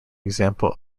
example